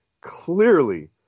clearly